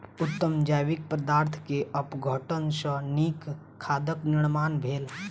उत्तम जैविक पदार्थ के अपघटन सॅ नीक खादक निर्माण भेल